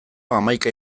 hamaika